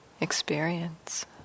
experience